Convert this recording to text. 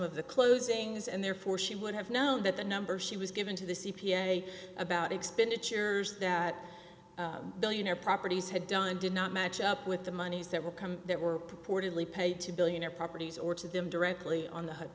of the closings and therefore she would have known that the number she was given to the c p a about expenditures that billionaire properties had done did not match up with the monies that will come that were purportedly paid to billionaire properties or to them directly on the hood